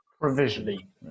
Provisionally